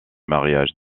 mariage